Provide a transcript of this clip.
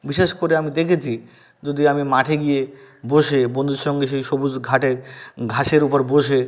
বিশেষ করে আমি দেখেছি যদি আমি মাঠে গিয়ে বসে বন্ধুর সঙ্গে সেই সবুজ ঘাটে ঘাসের উপর বসে